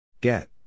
Get